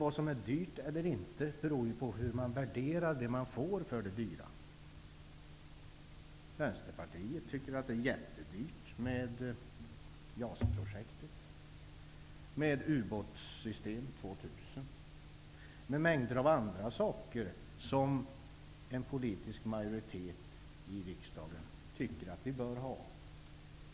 Vad som är dyrt eller inte beror ju på hur man värderar det man får för det dyra. Vi i Vänsterpartiet tycker att JAS-projektet är jättedyrt, liksom ubåtssystem 2 000 och mängder av annat som en politisk majoritet i riksdagen tycker att man bör ha.